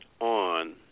on